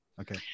Okay